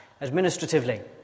administratively